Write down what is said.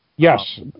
Yes